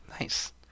nice